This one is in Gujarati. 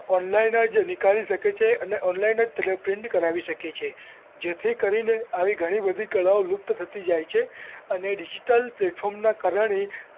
ઑનલાઈન જ નીકાળી શકે છે અને ઑનલાઈન જ તેને પ્રિન્ટ કરાવી શકે છે જેથી કરીને આવી ઘણી બધી કલાઓ લુપ્ત થતી જાય છે અને ડિજિટલ પ્લૅટફોર્મના કારણે